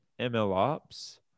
MLOps